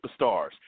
superstars